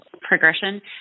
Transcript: progression